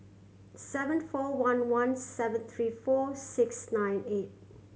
seven four one one seven three four six nine eight